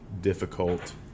difficult